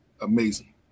Amazing